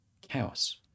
Chaos